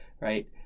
right